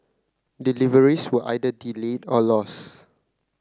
deliveries were either delayed or lost